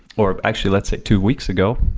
or actually, let's say two weeks ago,